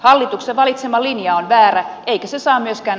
hallituksen valitsema linja on väärä eikä se saa myöskään